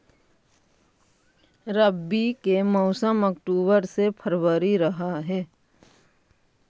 रब्बी के मौसम अक्टूबर से फ़रवरी रह हे